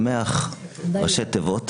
שמ"ח, ראשי תיבות